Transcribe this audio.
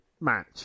match